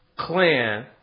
clan